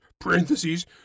Parentheses